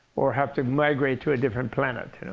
or have to migrate to a different planet.